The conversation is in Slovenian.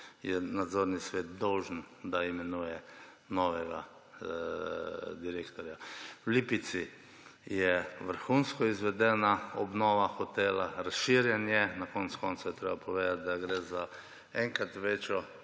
je nadzorni svet dolžan, da imenuje novega direktorja. V Lipici je vrhunsko izvedena obnova hotela, razširjenje. Na koncu koncev je treba povedati, da gre za enkrat večjo